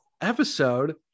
episode